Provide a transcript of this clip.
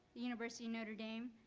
the university of notre dame,